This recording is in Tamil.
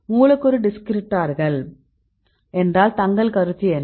மூலக்கூறு டிஸ்கிரிப்ட்டார்கள் என்றால் தங்கள் கருத்து என்ன